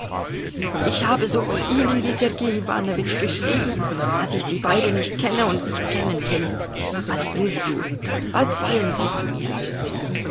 ich habe sowohl ihnen wie sergei iwanowitsch geschrieben daß ich sie beide nicht kenne und nicht kennen will was willst du was wollen sie von mir